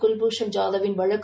குவ்பூஷன் ஜாதவ்வின் வழக்கு